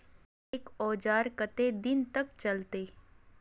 एक औजार केते दिन तक चलते?